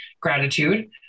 gratitude